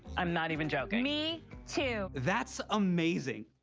i'm not even joking. me too. that's amazing.